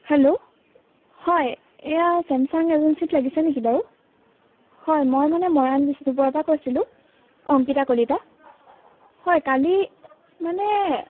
hello হয় এয়া চেমচাং এজেঞ্চিত লাগিছে নেকি বাৰু হয় মই মানে মৰাণ বিষ্ণপুৰৰ পৰা কৈছিলোঁ অংকিতা কলিতা হয় কালি মানে